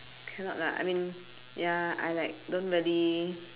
cannot lah I mean ya I like don't really